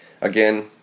Again